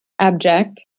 abject